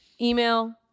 email